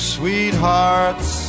sweethearts